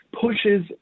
pushes